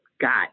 got